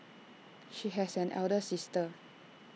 she has an elder sister